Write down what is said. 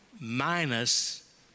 minus